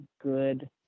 good